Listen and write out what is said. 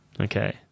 okay